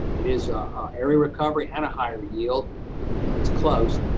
it is area recovery and a higher yield, but it's close.